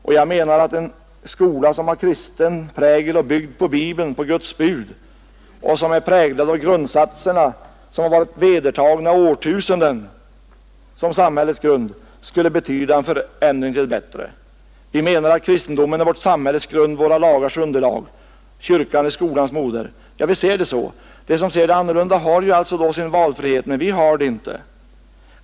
Vi menar att en skola, som har kristen prägel och är byggd på Bibeln, på Guds bud och som är präglad av de satser, som varit vedertagna under årtusenden som samhällets grund, skulle betyda en förändring till det bättre. Vi anser att kristendomen är vårt samhälles grund, våra lagars underlag. Kyrkan är skolans moder. Vi vill se det så. De som ser det annorlunda har sin valfrihet men vi har det inte.